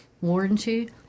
warranty